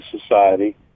society